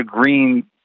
green